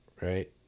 right